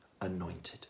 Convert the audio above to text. anointed